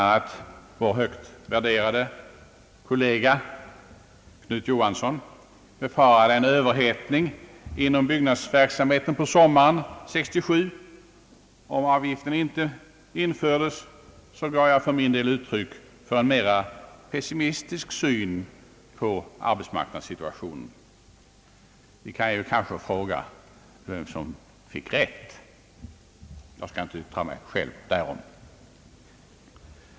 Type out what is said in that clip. Medan vår högt värderade kollega Knut Johansson m.fl. i debatten i denna kammare befarade en överhettning inom byggnadsverksamheten på sommaren 1967 om avgiften inte infördes, gav jag för min del uttryck för en mera pessimistisk syn på arbetsmarknadssituationen. Vi kan kanske fråga vem som fick rätt? Jag skulle inte yttra mig själv därom.